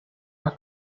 las